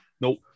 Nope